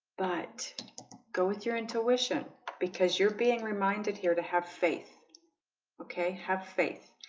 but go with your intuition because you're being reminded here to have faith okay have faith.